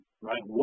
right